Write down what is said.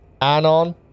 Anon